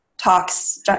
Talks